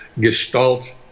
gestalt